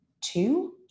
two